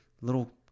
little